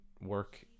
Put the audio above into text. work